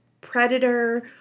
predator